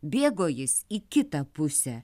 bėgo jis į kitą pusę